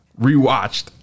rewatched